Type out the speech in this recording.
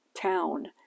town